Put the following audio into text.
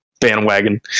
bandwagon